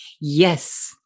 yes